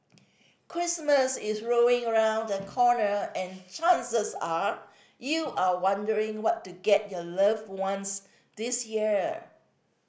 Christmas is rolling around the corner and chances are you are wondering what to get your loved ones this year